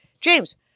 James